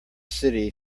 city